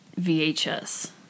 vhs